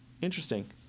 Interesting